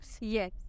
Yes